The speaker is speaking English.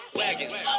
wagons